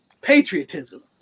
patriotism